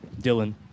Dylan